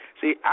See